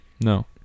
No